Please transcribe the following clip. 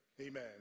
Amen